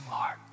Lord